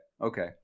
okay